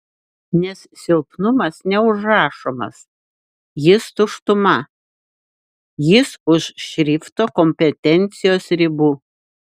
nes silpnumas neužrašomas jis tuštuma jis už šrifto kompetencijos ribų